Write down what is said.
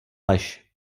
lež